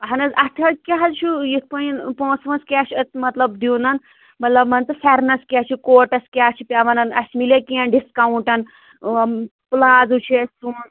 اَہَن حظ اَتھ حظ کیٛاہ حظ چھُ یِتھٕ پٲٹھۍ پۄنٛسہِ وانٛسہٕ کیٛاہ چھُ اَتھ مطلب دیُن مطلب پھٮ۪رنس کیٛاہ چھُ کوٹس کیٛاہ چھُ پٮ۪ون اَسہِ ملا کیٚنٛہہ ڈِسکاوُنٛٹ پُلازوٗ چھِ اَسہِ سُوُن